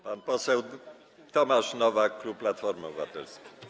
Pan poseł Tomasz Nowak, klub Platformy Obywatelskiej.